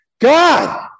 God